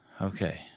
Okay